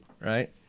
right